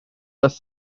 was